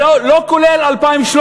לא כולל 2013,